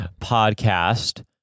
podcast